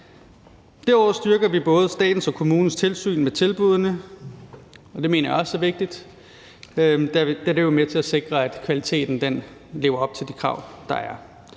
Derudover styrker vi både statens og kommunernes tilsyn med tilbuddene, og det mener jeg også er vigtigt, da det jo er med til at sikre, at kvaliteten lever op til de krav, der er,